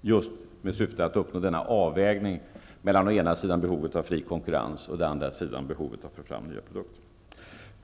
just med syfte att uppnå denna avvägning mellan å ena sidan behovet av fri konkurrens och å andra sida behovet av att få fram nya produkter.